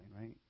right